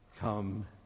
come